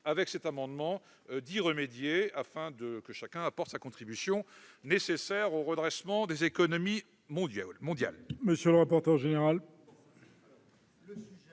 avec cet amendement d'y remédier afin que chacun apporte sa nécessaire contribution au redressement des économies mondiales.